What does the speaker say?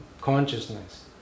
consciousness